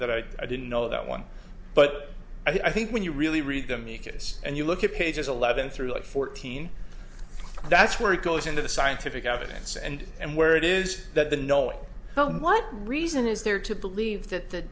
that i didn't know that one but i think when you really read them you chris and you look at pages eleven through like fourteen that's where it goes into the scientific evidence and and where it is that the knowing what reason is there to believe that the